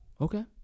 Okay